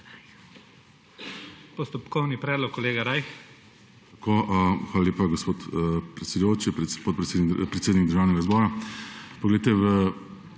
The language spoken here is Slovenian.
Postopkovni predlog, kolega Rajh.